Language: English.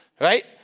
right